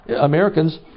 Americans